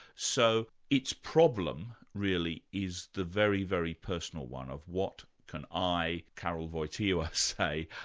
so its problem really, is the very, very personal one of what can i, karl wojtyla, say,